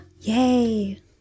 yay